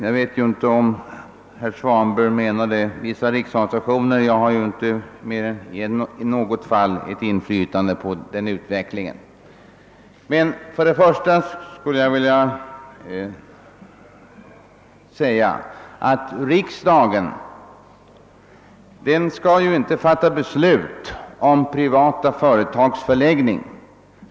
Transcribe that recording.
Jag vet inte om herr Svanberg menade vissa riksorganisationer men det är ju endast i något enstaka fall som jag har inflytande på den utvecklingen. För det första skulle jag vilja säga att riksdagen inte skall fatta beslut om privata företags placering.